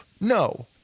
No